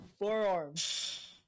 Forearms